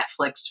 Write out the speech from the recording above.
Netflix